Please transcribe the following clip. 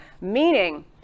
meaning